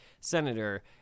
senator